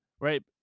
right